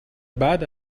بعد